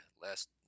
Last